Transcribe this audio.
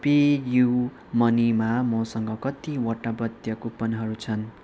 PayU मनीमा मसँग कतिवटा वैध कुपनहरू छन्